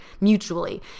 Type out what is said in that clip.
mutually